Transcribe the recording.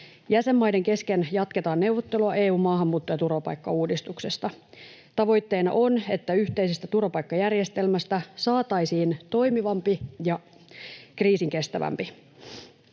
Jäsenmaiden kesken jatketaan neuvottelua EU:n maahanmuutto- ja turvapaikkauudistuksesta. Tavoitteena on, että yhteisestä turvapaikkajärjestelmästä saataisiin toimivampi ja kriisinkestävämpi.